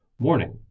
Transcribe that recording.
Warning